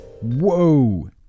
Whoa